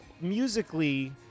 Musically